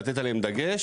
לתת עליהם דגש,